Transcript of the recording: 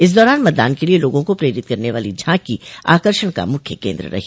इस दौरान मतदान के लिये लोगों को प्रेरित करने वाली झांकी आकर्षण का मुख्य केन्द्र रही